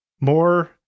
more